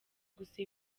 gusa